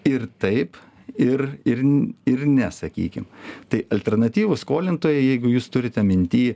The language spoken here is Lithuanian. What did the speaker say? ir taip ir ir ir ne sakykim tai alternatyvūs skolintojai jeigu jūs turite minty